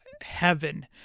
heaven